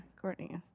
Courtney